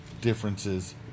differences